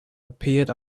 appeared